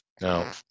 Now